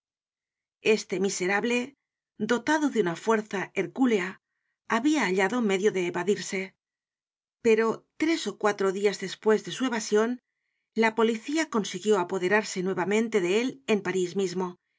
este miserable dotado de una fuerza hercúlea habia hallado medio de evadirse pero tres ó cuatro dias despues de su evasion la policía consiguió apoderarse nuevamente de él en parís mismo